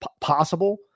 possible